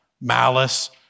malice